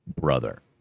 brother